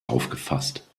aufgefasst